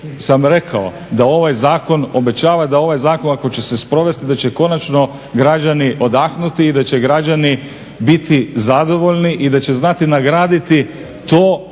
sam rekao da ovaj zakon obećava, da ovaj zakon ako će se provesti da će i konačno građani odahnuti i da će građani biti zadovoljni i da će znati nagraditi to